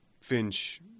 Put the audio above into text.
Finch